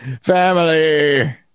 family